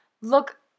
look